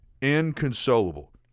Inconsolable